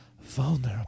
vulnerable